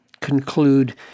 conclude